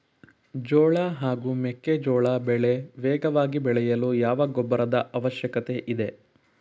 ಜೋಳ ಹಾಗೂ ಮೆಕ್ಕೆಜೋಳ ಬೆಳೆ ವೇಗವಾಗಿ ಬೆಳೆಯಲು ಯಾವ ಗೊಬ್ಬರದ ಅವಶ್ಯಕತೆ ಇದೆ?